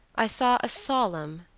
i saw a solemn,